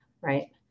right